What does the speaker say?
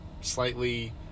slightly